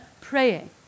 praying